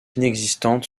inexistante